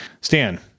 Stan